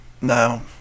No